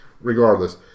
regardless